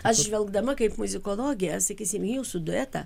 aš žvelgdama kaip muzikologė sakysim į jūsų duetą